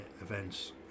events